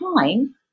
time